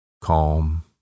calm